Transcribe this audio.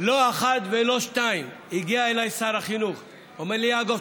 לא פעם אחת ולא שתיים הגיע אליי שר החינוך ואמר לי: אגב,